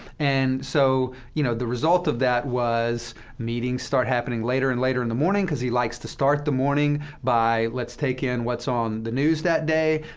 and so, you know, the result of that was meetings start happening later and later in the morning, because he likes to start the morning by let's take in what's on the news that day.